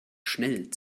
schnell